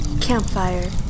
campfire